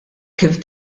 kif